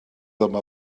yma